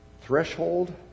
threshold